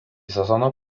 sezono